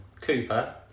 Cooper